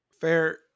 fair